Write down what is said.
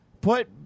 put